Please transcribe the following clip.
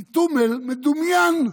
כי טומל מדומיין.